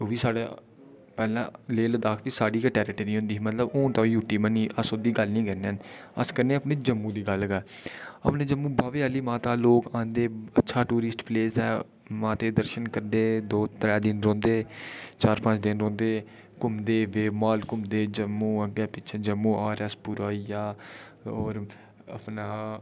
ओह् बी साढ़ा पैह्ले लेह लद्दाख साढ़ी गै टैरीटरी होंदी ही मतलब हून ते ओह् यू टी बनी गेदा अस ओह्दी गल्ल निं करने होन्ने अस करने अपने जम्मू दी गल्ल करने अपने जम्मू बाह्वै आह्ली माता लोक औंदे अच्छा टूरिस्ट प्लेस ऐ माता दे दर्शन करदे दो त्रै दिन रौंह्दे चार पंज दिन रौंह्दे घुमदे वेव माल घुमदे जम्मू अग्गे पिच्छे जम्मू आर ऐस्स पुरा होई गेआ होर अपना